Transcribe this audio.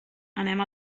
anem